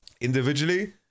individually